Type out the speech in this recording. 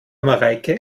mareike